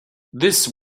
this